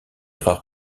rares